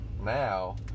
now